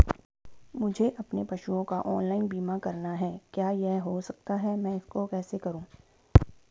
मुझे अपने पशुओं का ऑनलाइन बीमा करना है क्या यह हो सकता है मैं इसको कैसे करूँ?